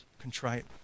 contrite